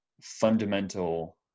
fundamental